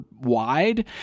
wide